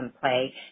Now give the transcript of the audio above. play